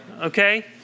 Okay